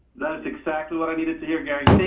exactly what i needed to hear, gary.